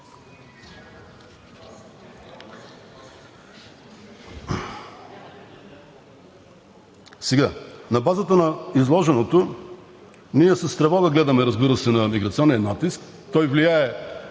На базата на изложеното ние с тревога гледаме, разбира се, на миграционния натиск. Той влияе